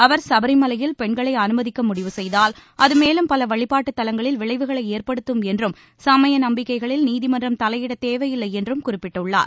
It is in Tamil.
அவர் சபரிமலையில் பெண்களை அனுமதிக்க முடிவு செய்தால் அது மேலும் பல வழிபாட்டுத் தலங்களில் விளைவுகளை ஏற்படுத்தும் என்றும் சமய நம்பிக்கைகளில் நீதிமன்றம் தலையிட தேவையில்லை என்றும் குறிப்பிட்டுள்ளார்